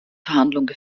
verhandlungen